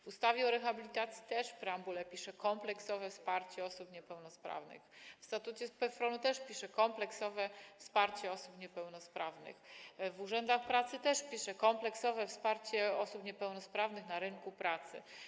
W ustawie o rehabilitacji w preambule jest zapisane kompleksowe wsparcie osób niepełnosprawnych, w statucie PFRON-u również: kompleksowe wsparcie osób niepełnosprawnych, w urzędach pracy też mówi się o kompleksowym wsparciu osób niepełnosprawnych na rynku pracy.